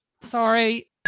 Sorry